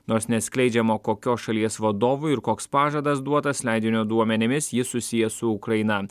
nors neatskleidžiama kokios šalies vadovui ir koks pažadas duotas leidinio duomenimis jis susijęs su ukraina